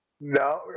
No